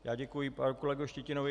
Já děkuji panu kolegovi Štětinovi.